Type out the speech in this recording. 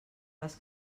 les